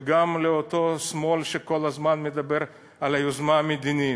וגם לאותו שמאל שכל הזמן מדבר על היוזמה המדינית: